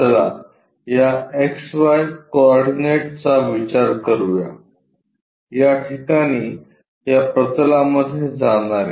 चला या X Y coordinate चा विचार करूया या ठिकाणी या प्रतलामध्ये जाणारे